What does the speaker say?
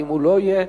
ואם לא יהיה,